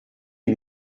une